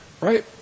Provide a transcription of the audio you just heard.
right